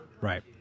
right